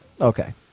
Okay